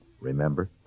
remember